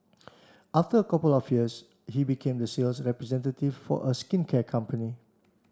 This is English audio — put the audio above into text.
after a couple of years he became the sales representative for a skincare company